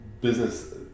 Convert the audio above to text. business